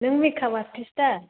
नों makeup artist दा